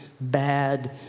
bad